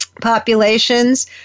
populations